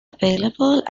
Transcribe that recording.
available